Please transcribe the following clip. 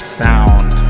sound